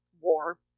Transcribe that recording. war